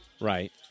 Right